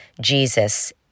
Jesus